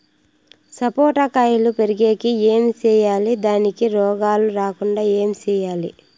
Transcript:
సపోట కాయలు పెరిగేకి ఏమి సేయాలి దానికి రోగాలు రాకుండా ఏమి సేయాలి?